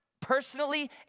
personally